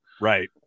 Right